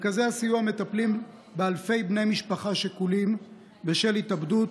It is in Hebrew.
מרכזי הסיוע מטפלים באלפי בני משפחה שכולים בשל התאבדות,